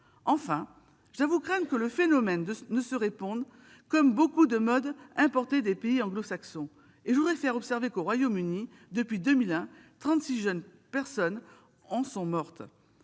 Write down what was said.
Enfin, j'avoue craindre que le phénomène ne se répande, comme beaucoup de modes importées des pays anglo-saxons. Je fais d'ailleurs observer qu'au Royaume-Uni, depuis 2001, on recense 36 jeunes personnes mortes